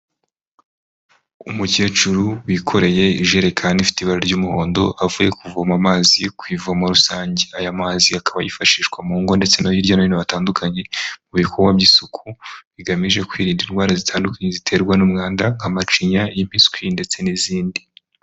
Umukecuru wikoreye ijerekani ifite ibara ry'umuhondo avuye kuvoma amazi ku ivomo rusange, aya mazi akaba yifashishwa mu ngo ndetse no hirya no hino hatandukanye mu bikorwa by'isuku bigamije kwirinda indwara zitandukanye ziterwa n'umwanda nka macinya, impiswi ndetse n'izindi.